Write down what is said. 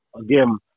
again –